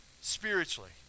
spiritually